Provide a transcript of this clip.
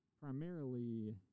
primarily